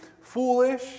foolish